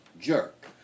jerk